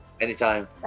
Anytime